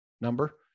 number